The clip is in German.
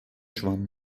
schwamm